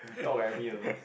talk army also